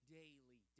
daily